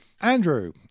Andrew